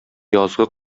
язгы